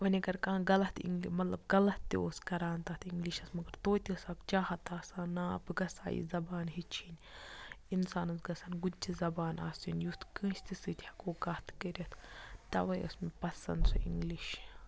وۄںۍ اگر کانٛہہ غلط مطلب غلط تہِ اوس کَران تَتھ اِنٛگلِشَس مگر توتہِ ٲس اَکھ چاہت آسان نا بہٕ گژھٕ ہا یہِ زبان ہیٚچھِنۍ اِنسانَس گژھن گُتجہِ زبانہٕ آسٕنۍ یُتھ کٲنٛسہِ تہِ سۭتۍ ہٮ۪کو کَتھ کٔرِتھ تَوَے ٲس مےٚ پَسنٛد سُہ اِنٛگلِش